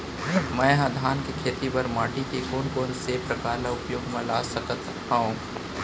मै ह धान के खेती बर माटी के कोन कोन से प्रकार ला उपयोग मा ला सकत हव?